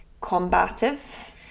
combative